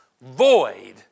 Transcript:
void